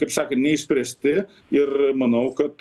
kaip sakant neišspręsti ir manau kad